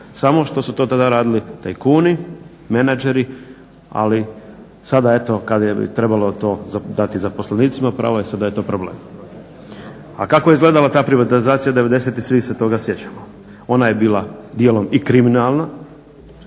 samo što su to tada radili tajkuni, menadžeri, ali sada eto kada je trebalo to dati zaposlenicima prave se da je to problem. A kako je izgledala ta privatizacija devedesetih svi se toga sjećamo. Ona je bila dijelom i kriminalna,